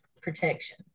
protection